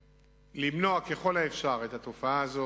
למנוע ככל האפשר את התופעה הזאת.